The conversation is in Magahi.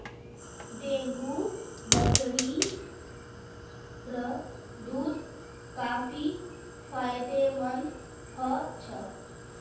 डेंगू बकरीर दूध काफी फायदेमंद ह छ